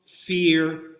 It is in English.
fear